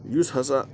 یُس ہسا